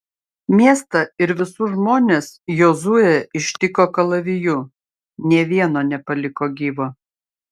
miestą ir visus žmones jozuė ištiko kalaviju nė vieno nepaliko gyvo